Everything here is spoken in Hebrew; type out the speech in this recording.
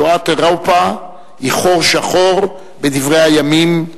שואת אירופה היא חור שחור בדברי הימים,